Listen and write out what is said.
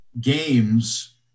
games